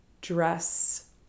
dress